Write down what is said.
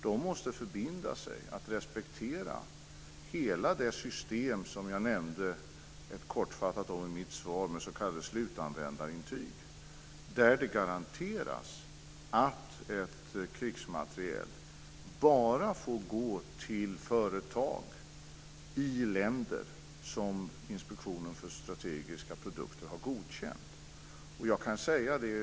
De måste förbinda sig att respektera hela det system med s.k. slutanvändarintyg som jag nämnde kortfattat i mitt svar, där det garanteras att krigsmateriel bara går till företag i länder som Inspektionen för strategiska produkter har godkänt.